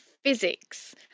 physics